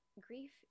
grief